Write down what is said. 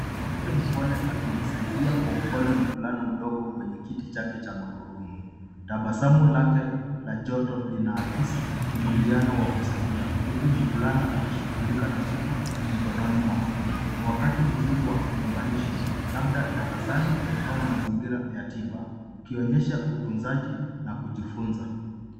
mwanamke mpole akimsaidia kwa upole mvulana mdogo kwenye kiti chake cha magurudumu. Tabsamu lake la joto linaakisi mwingiliano wa kusaidia huku mvulana akishugulika na kitu mkononi mwake. Ni wakati mzuri wa muunganisho labda darasani au mazingira ya tiba ikionyesha utunzaji na kujifunza.